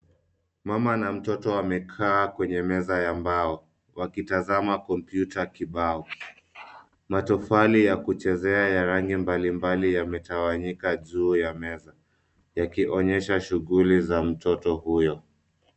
Mama na mtoto wamekaa kwenye meza ya mbao wakitazama kompyuta kibao. Matofali ya kuchezea ya rangi mbalimbali yametawanyika juu ya meza yakionyesha shughuli za mtoto huyo.